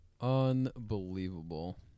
Unbelievable